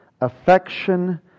affection